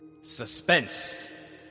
suspense